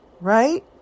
right